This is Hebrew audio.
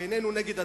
ואיננו נגד הטרור.